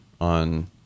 on